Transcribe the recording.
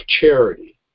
charity